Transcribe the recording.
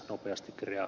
herra puhemies